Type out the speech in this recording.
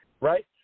right